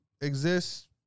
exists